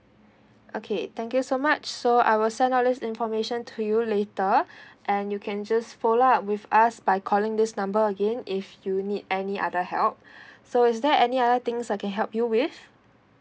okay thank you so much so I will send all these information to you later and you can just follow up with us by calling this number again if you need any other help so is there any other things I can help you with